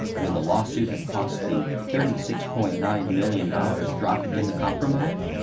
would the lawsuit have cost the thirty six point nine million dollars dropped in the compromise?